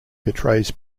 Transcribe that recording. portrays